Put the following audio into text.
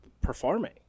performing